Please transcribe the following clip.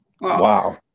wow